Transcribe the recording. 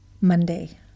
Monday